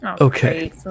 Okay